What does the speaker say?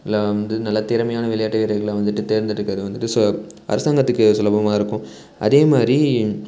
இல்லை வந்து நல்ல திறமையான விளையாட்டு வீரர்களை வந்துட்டு தேர்ந்தெடுக்கிறது வந்துட்டு ஸோ அரசாங்கத்துக்கு சுலபமாக இருக்கும் அதேமாதிரி